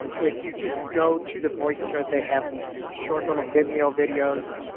um if you just go to the voicethread, they have these short little vimeo videos.